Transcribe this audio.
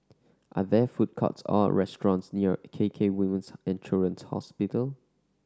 are there food courts or restaurants near K K Women's And Children's Hospital